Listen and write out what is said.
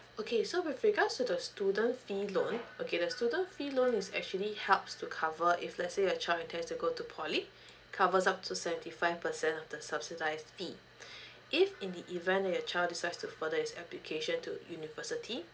okay so with regards to the student fee loan okay the student fee loan is actually helps to cover if let's say your child intends to go to poly covers up to seventy five percent of the subsidized fee if in the event that your child decides to further his application to university